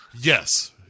yes